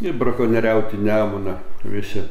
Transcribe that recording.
ir brakonieriaut į nemuną visi